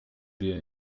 wir